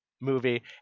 movie